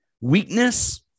Weakness